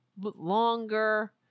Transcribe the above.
longer